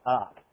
up